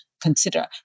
consider